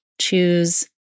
choose